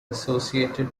associated